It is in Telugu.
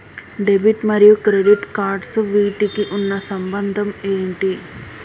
డెబిట్ మరియు క్రెడిట్ కార్డ్స్ వీటికి ఉన్న సంబంధం ఏంటి?